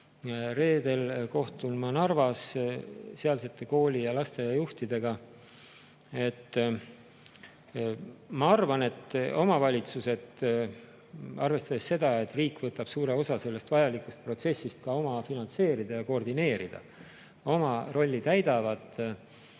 Reedel kohtun ma Narvas sealsete kooli‑ ja lasteaiajuhtidega. Ma arvan, et omavalitsused, arvestades seda, et riik võtab suure osa sellest vajalikust protsessist ka oma finantseerida ja koordineerida, oma rolli täidavad.